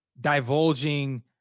divulging